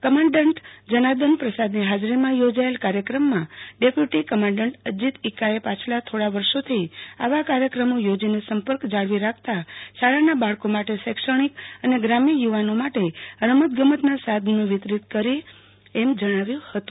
commandant Janardan પ્રસાદની હાજરીમાં યોજાયેલા કાર્યક્રમમાં ડેપ્યુટી કમાન્ડન્ટ અજિત ઇક્કાએ પાછલા થોડા વરસોથી આવા કાર્યક્રમો યોજીને સંપર્ક જાળવી રાખતાં શાળાના બાળકો માટે શૈક્ષણિક અને ગ્રામ્ય યુવાનો માટે રમતગમતના સાધનો વિતરિત કરીએ છીએ તેમ જણાવ્યું હતું